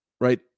right